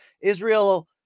Israel